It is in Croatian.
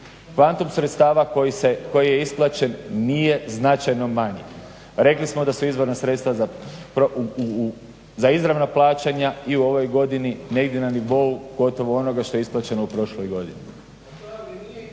Kvantum sredstava koji je isplaćen nije značajno manji. Rekli smo da su izvorna sredstva za izravna plaćanja i u ovoj godini neidu na nivou gotovo onoga što je isplaćeno u prošloj godini.